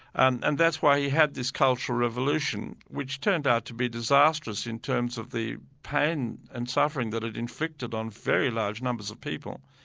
and and that's why he had this cultural revolution, which turned out to be disastrous in terms of the pain and suffering that it inflicted on very large numbers of people.